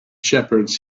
shepherds